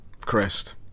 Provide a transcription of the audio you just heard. crest